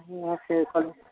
से कनि